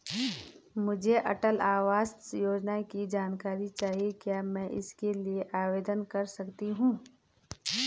मुझे अटल आवास योजना की जानकारी चाहिए क्या मैं इसके लिए आवेदन कर सकती हूँ?